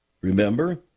Remember